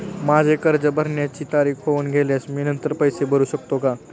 माझे कर्ज भरण्याची तारीख होऊन गेल्यास मी नंतर पैसे भरू शकतो का?